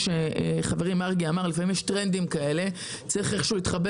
חברי, מרגי, אמר שיש טרנדים וצריך להתחבר